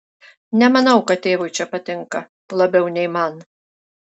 nemanau kad tėvui čia patinka labiau nei man